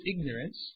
ignorance